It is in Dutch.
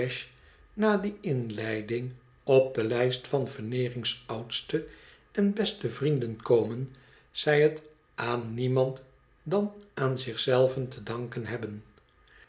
na die inleiding op de lijst van veneering's oudste en beste vrienden komen zij het aan niemand dan aan zich zelven te danken hebben